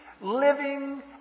living